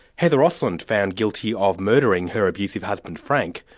heather osland, found guilty of murdering her abusive husband frank,